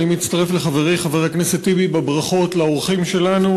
אני מצטרף לחברי חבר הכנסת טיבי בברכות לאורחים שלנו,